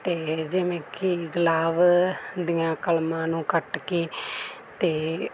ਅਤੇ ਜਿਵੇਂ ਕਿ ਗੁਲਾਬ ਦੀਆਂ ਕਲਮਾਂ ਨੂੰ ਕੱਟ ਕੇ ਅਤੇ